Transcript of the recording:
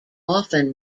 often